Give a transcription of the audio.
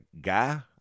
guy